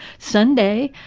sunday,